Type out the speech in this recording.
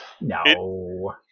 No